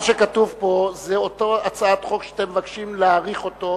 מה שכתוב פה זו אותה הצעת חוק שאתם מבקשים להאריך אותה